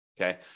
okay